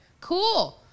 Cool